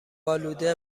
آلوده